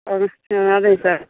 അതെ ആ അതെ സാർ